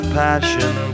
passion